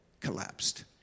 collapsed